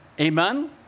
Amen